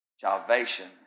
Salvation